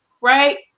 right